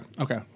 okay